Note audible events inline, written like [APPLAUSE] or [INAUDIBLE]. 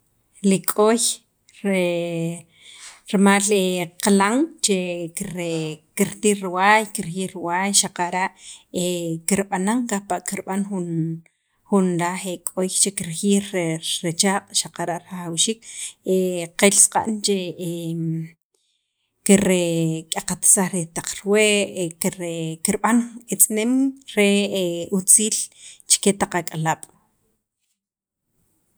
Li k'oy re rimal [HESITATION] qilan che kire kirtij riwaay, kirjiyij riwaay xaqara' [HESITATION] kirb'anan kajpa' kirb'an jun, jun laj k'oy che kirjiyij re rechaaq', xaqara' rajawxiik qil saqa'n che [HESITATION] kire kirk'iyaqatsay riij taq riwe' kirb'an etz'eneem re utziil che taq ak'alaab'.